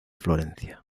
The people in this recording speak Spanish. florencia